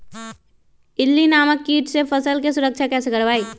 इल्ली नामक किट से फसल के सुरक्षा कैसे करवाईं?